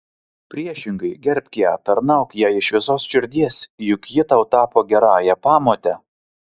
priešingai gerbk ją tarnauk jai iš visos širdies juk ji tau tapo gerąja pamote